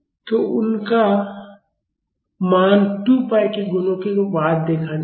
तो उनका मान 2 पाई के गुणकों के बाद देखा जाएगा